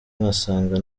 ngasanga